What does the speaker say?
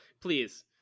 please